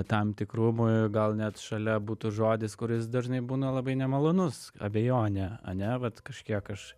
tam tikrumui gal net šalia būtų žodis kuris dažnai būna labai nemalonus abejonė ane vat kažkiek aš